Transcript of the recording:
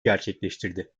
gerçekleştirdi